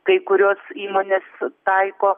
kai kurios įmonės taiko